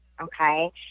okay